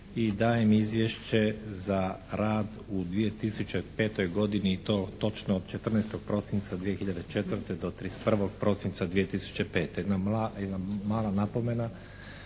i dajem Izvješće za rad u 2005. godini i to točno 14. prosinca 2004. do 31. prosinca 2005. Jedna mala napomena